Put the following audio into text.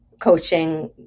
coaching